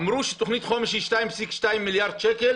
אמרו שתוכנית החומש הקודמת היא 2.2 מיליארד שקל.